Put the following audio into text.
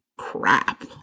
crap